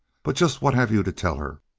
but just what have you to tell her?